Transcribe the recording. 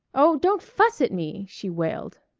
oh, don't fuss at me! she wailed.